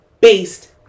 based